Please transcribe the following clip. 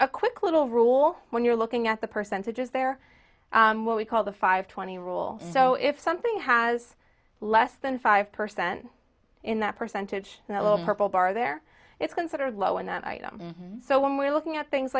a quick little rule when you're looking at the percentages there what we call the five twenty rule so if something has less than five percent in that percentage and a little purple bar there it's considered low in that item so when we're looking at things